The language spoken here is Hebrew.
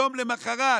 יום למחרת